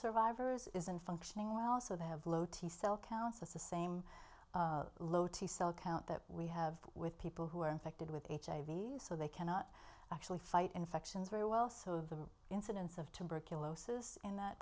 survivors isn't functioning well so they have low t cell counts the same low t cell count that we have with people who are infected with hiv so they cannot actually fight infections very well so the incidence of